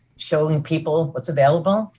showing people that's available.